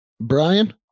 Brian